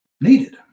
needed